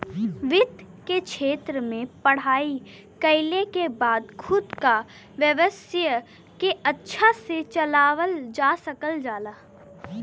वित्त के क्षेत्र में पढ़ाई कइले के बाद खुद क व्यवसाय के अच्छा से चलावल जा सकल जाला